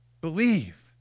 believe